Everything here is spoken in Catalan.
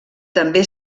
també